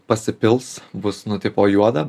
pasipils bus nu tipo juoda